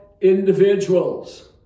individuals